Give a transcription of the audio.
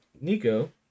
Nico